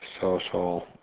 social